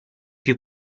più